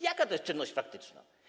Jaka to jest czynność faktyczna?